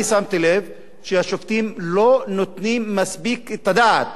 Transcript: שמתי לב שהשופטים לא נותנים מספיק את הדעת